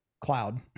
cloud